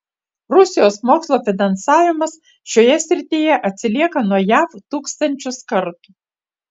rusijos mokslo finansavimas šioje srityje atsilieka nuo jav tūkstančius kartų